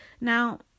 Now